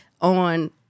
on